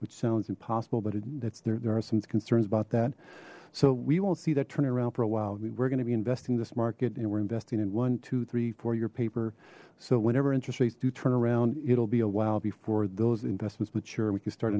which sounds impossible but it's there there are some concerns about that so we won't see that turning around for a while we're going to be investing this market and we're investing in one two three four year paper so whenever interest rates do turn around it'll be awhile before those investments but sure we can start